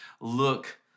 Look